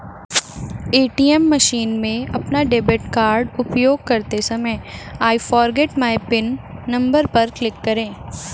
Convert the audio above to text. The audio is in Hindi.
ए.टी.एम मशीन में अपना डेबिट कार्ड उपयोग करते समय I forget my PIN number पर क्लिक करें